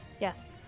Yes